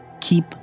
keep